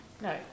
No